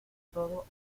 todo